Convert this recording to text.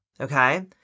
okay